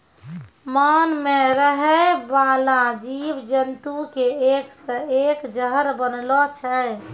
मान मे रहै बाला जिव जन्तु के एक से एक जहर बनलो छै